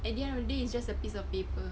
at the end of the day is just a piece of paper